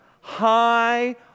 high